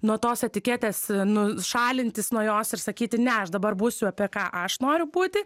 nuo tos etiketės nu šalintis nuo jos ir sakyti ne aš dabar būsiu apie ką aš noriu būti